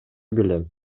билем